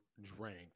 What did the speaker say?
drank